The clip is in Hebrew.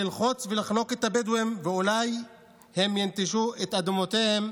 ללחוץ ולחנוק את הבדואים ואולי הם יינטשו את אדמותיהם,